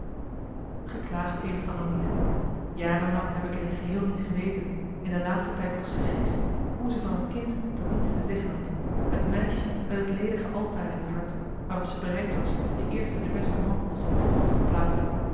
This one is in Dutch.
geklaagd heeft anna niet jaren lang heb ik in t geheel niet geweten in de laatste tijd pas gegist hoe ze van het kind dat niets te zeggen had het meisje met het ledige altaar in het hart waarop ze bereid was de eerste de beste man als afgod te plaatsen